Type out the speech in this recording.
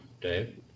Dave